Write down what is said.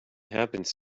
happens